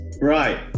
Right